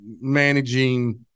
managing